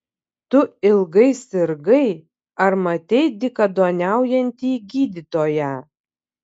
tu ilgai sirgai ar matei dykaduoniaujantį gydytoją